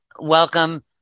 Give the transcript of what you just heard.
welcome